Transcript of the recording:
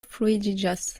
fluidiĝas